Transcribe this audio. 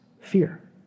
fear